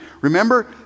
Remember